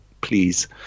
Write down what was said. Please